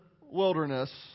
wilderness